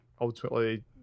Ultimately